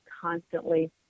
constantly